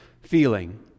feeling